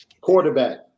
Quarterback